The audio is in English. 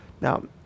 Now